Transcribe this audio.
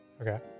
Okay